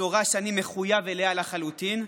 בשורה שאני מחויב אליה לחלוטין,